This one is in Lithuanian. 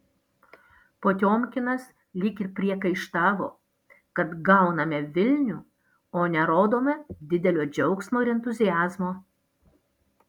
potiomkinas lyg ir priekaištavo kad gauname vilnių o nerodome didelio džiaugsmo ir entuziazmo